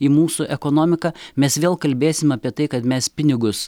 į mūsų ekonomiką mes vėl kalbėsim apie tai kad mes pinigus